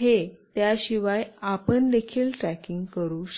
हे त्याशिवाय आपण देखील ट्रॅकिंग करू शकतात